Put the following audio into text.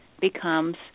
becomes